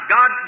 God